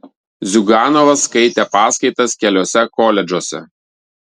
ziuganovas skaitė paskaitas keliuose koledžuose